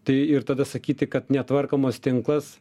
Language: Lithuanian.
tai ir tada sakyti kad netvarkomas tinklas